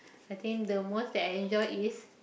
I think the most that I enjoy is